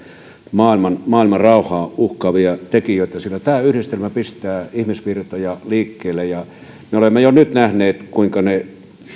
maailmanrauhaa uhkaavia tekijöitä sillä tämä yhdistelmä pistää ihmisvirtoja liikkeelle me olemme jo nyt nähneet kuinka ne